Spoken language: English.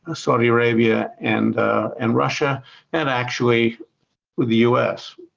ah saudi arabia and and russia and actually with the u s.